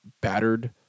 battered